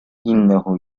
إنه